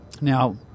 Now